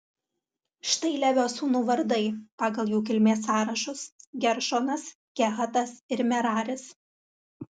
štai levio sūnų vardai pagal jų kilmės sąrašus geršonas kehatas ir meraris